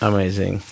Amazing